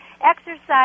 Exercise